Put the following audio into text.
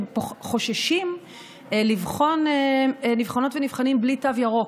שחוששים לבחון נבחנות ונבחנים בלי תו ירוק.